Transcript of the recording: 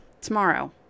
tomorrow